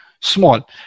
small